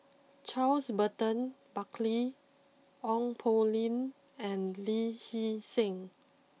Charles Burton Buckley Ong Poh Lim and Lee Hee Seng